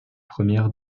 premières